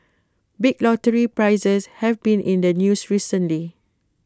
big lottery prizes have been in the news recently